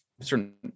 certain